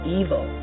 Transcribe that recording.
evil